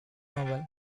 novel